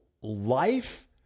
life